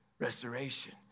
Restoration